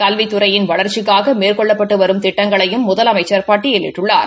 கல்வித்துறையின் வளர்சசிக்காக மேற்கொள்ளப்பட்டு வரும் திட்டங்களையும் முதலமைச்சா பட்டியலிட்டுள்ளார்